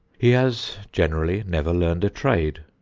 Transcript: he has generally never learned a trade.